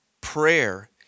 prayer